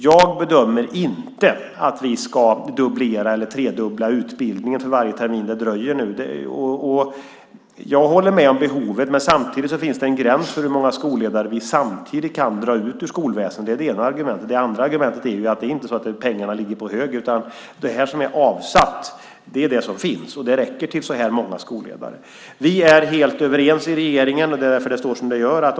Jag bedömer inte att vi ska dubblera eller tredubbla utbildningen för varje termin som det nu dröjer. Jag håller med om behovet, men det finns en gräns för hur många skolledare vi kan dra ut ur skolväsendet. Det är det ena argumentet. Det andra argumentet är att pengarna faktiskt inte ligger på hög. Det som är avsatt är det som finns, och det räcker bara till ett visst antal skolledare. Vi är i regeringen helt överens, och det är därför det står som det gör.